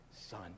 Son